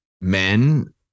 men